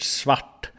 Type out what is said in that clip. svart